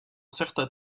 certains